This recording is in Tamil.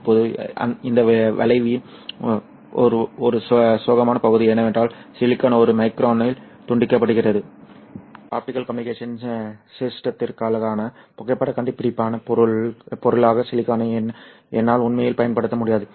இப்போது இந்த வளைவின் ஒரு சோகமான பகுதி என்னவென்றால் சிலிக்கான் ஒரு மைக்ரானில் துண்டிக்கப்படுகிறது எனவே ஆப்டிகல் கம்யூனிகேஷன் சிஸ்டங்களுக்கான புகைப்படக் கண்டுபிடிப்பான பொருளாக சிலிக்கானை என்னால் உண்மையில் பயன்படுத்த முடியாது